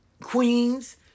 Queens